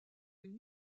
une